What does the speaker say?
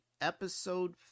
episode